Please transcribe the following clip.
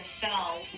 fell